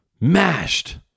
Mashed